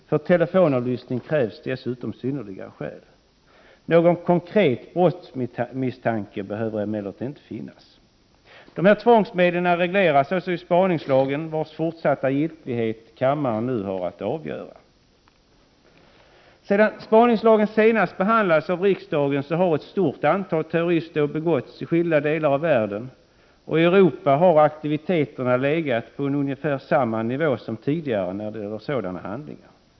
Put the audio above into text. För telefonavlyssning krävs dessutom synnerliga skäl. Någon konkret brottsmisstanke behöver emellertid inte finnas. Dessa tvångsmedel regleras alltså i spaningslagen, vars fortsatta giltighet kammaren nu har att avgöra. Sedan spaningslagen senast behandlades av riksdagen har ett stort antal terroristdåd begåtts i skilda delar av världen, och i Europa har aktiviteterna legat på ungefär samma nivå som tidigare när det gäller sådana handlingar.